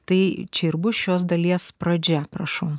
tai čia ir bus šios dalies pradžia prašau